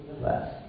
less